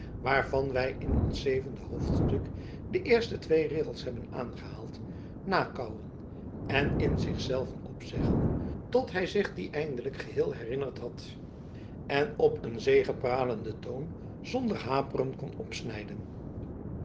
waarvan wij in ons zevende hoofdstuk de twee eerste regels hebben aangehaald nakauwen en in zich zelven opzeggen tot hij zich die eindelijk geheel herinnerd had en op een zegepralenden toon zonder haperen kon opsnijden